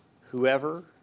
Whoever